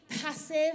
passive